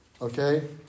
Okay